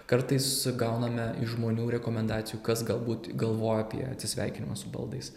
kartais gauname iš žmonių rekomendacijų kas galbūt galvoja apie atsisveikinimą su baldais